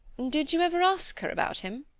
did you ever ask her about him?